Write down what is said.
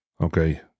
Okay